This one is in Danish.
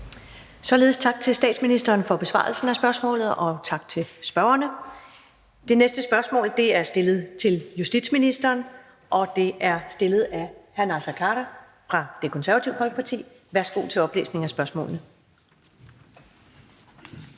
Således tak til statsministeren for besvarelsen af spørgsmålet, og tak til spørgerne. Det næste spørgsmål er stillet til justitsministeren, og det er stillet af hr. Naser Khader fra Det Konservative Folkeparti. Kl. 13:11 Spm. nr.